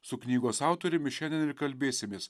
su knygos autoriumi šiandien ir kalbėsimės